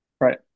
Right